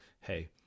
hey